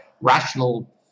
rational